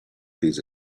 these